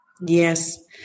Yes